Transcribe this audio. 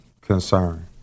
concern